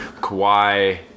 Kawhi